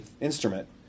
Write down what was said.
instrument